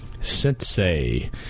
Sensei